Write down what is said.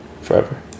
Forever